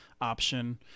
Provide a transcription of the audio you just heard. option